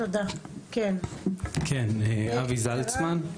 אבי זלצמן,